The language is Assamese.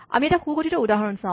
আমি এটা সুগঠিত উদাহৰণ চাওঁ